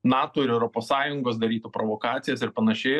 nato ir europos sąjungos darytų provokacijas ir panašiai